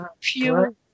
pure